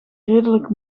redelijk